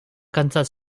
kansas